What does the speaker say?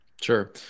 Sure